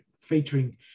featuring